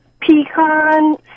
Pecan